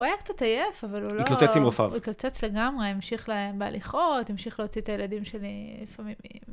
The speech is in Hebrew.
הוא היה קצת עייף, אבל הוא לא... התלוצץ עם רופאיו. הוא התלוצץ לגמרי, המשיך בהליכות, המשיך להוציא את הילדים שלי לפעמים.